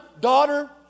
daughter